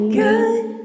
good